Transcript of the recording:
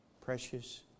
precious